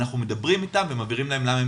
אנחנו מדברים אתו ומבהירים לו למה הוא